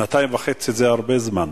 שנתיים וחצי זה הרבה זמן,